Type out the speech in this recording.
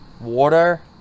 water